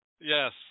Yes